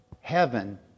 Heaven